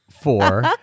four